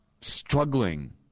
struggling